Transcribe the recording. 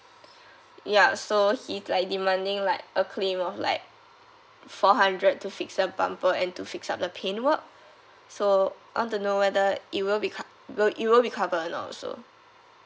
yup so he's like demanding like a claim of like four hundred to fix the bumper and to fix up the paint work so I want to know whether it will be cut will it will be covered or not also